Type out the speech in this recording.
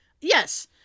Yes